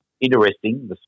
Interesting